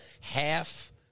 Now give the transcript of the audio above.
half